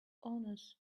honors